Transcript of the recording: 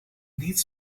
niet